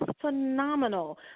phenomenal